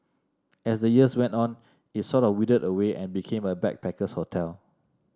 as the years went on it sort of withered away and became a backpacker's hotel